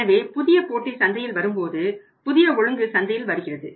எனவே புதிய போட்டி சந்தையில் வரும்போது புதிய ஒழுங்கு சந்தையில் வருகிறது